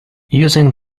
using